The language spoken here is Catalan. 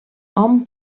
hom